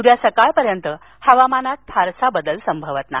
उद्या सकाळपर्यंत हवामानात फारसा बदल संभवत नाही